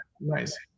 Nice